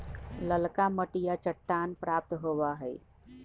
ललका मटिया चट्टान प्राप्त होबा हई